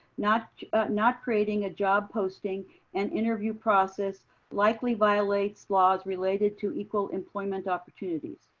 not not creating a job posting and interview process likely violates laws related to equal employment opportunities.